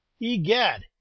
Egad